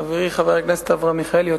חברי חבר הכנסת אברהם מיכאלי,